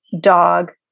dog